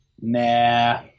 nah